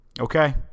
okay